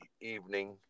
evening